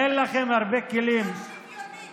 אין לכם הרבה כלים אזרחיים,